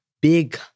big